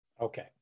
okay